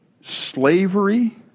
slavery